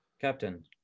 Captain